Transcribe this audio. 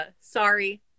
sorry